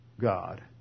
God